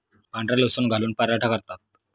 पांढरा लसूण घालून पराठा करतात